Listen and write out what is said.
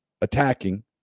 attacking